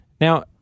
Now